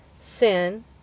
sin